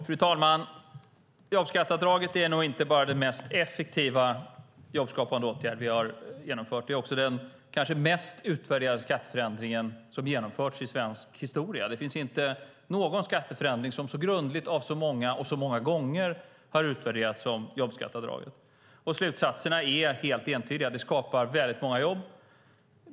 Fru talman! Jobbskatteavdraget är nog inte bara den mest effektiva jobbskapande åtgärden som vi genomfört utan också den kanske mest utvärderade skatteförändringen som genomförts i svensk historia. Inte någon skatteförändring har så grundligt, av så många och så många gånger utvärderats som just jobbskatteavdraget. Slutsatserna är helt entydiga: Jobbskatteavdraget skapar väldigt många jobb.